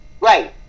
Right